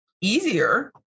easier